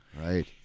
Right